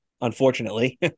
unfortunately